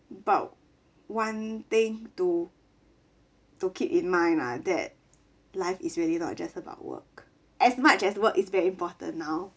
but one thing to to keep in mind lah that life is really not just about work as much as work is very important now